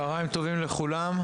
צהריים טובים לכולם.